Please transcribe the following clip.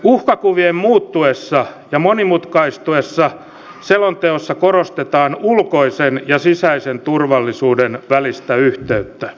uhkakuvien muuttuessa ja monimutkaistuessa selonteossa korostetaan ulkoisen ja sisäisen turvallisuuden välistä yhteyttä